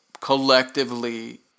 collectively